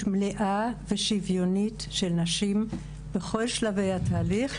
מלאה ושוויונית של נשים בכל שלבי התהליך,